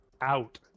out